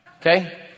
Okay